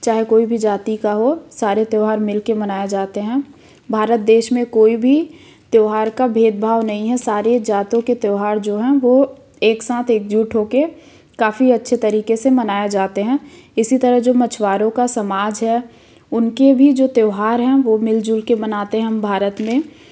चाहे कोई भी जाति का हो सारे त्योहार मिल के मनाया जाते हैं भारत देश में कोई भी त्योहार का भेदभाव नहीं है सारे जातों के त्योहार जो हैं वो एक साथ एकजुट हो के काफ़ी अच्छे तरीके से मनाए जाते हैं इसी तरह जो मछुआरों का समाज है उनके भी जो त्योहार हैं वो मिल जुल के मनाते हैं हम भारत में